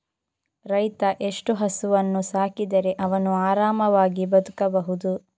ರೈತ ಎಷ್ಟು ಹಸುವನ್ನು ಸಾಕಿದರೆ ಅವನು ಆರಾಮವಾಗಿ ಬದುಕಬಹುದು?